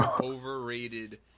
overrated